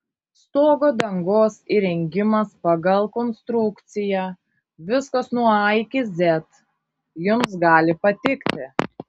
stogo dangos įrengimas pagal konstrukciją viskas nuo a iki z jums gali patikti